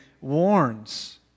warns